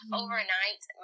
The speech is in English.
overnight